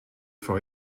for